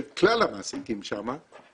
של כלל המעסיקים שם,